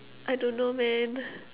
I don't know man